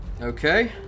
Okay